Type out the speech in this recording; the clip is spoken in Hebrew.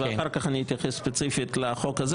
ואחר כך אני אתייחס ספציפית לחוק הזה,